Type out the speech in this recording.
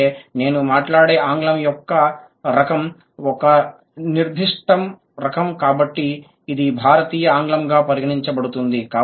అందుకే నేను మాట్లాడే ఆంగ్లం యొక్క రకం ఒక నిర్దిష్ట రకం కాబట్టి ఇది భారతీయ ఆంగ్లంగా పరిగణించబడుతుంది